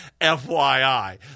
FYI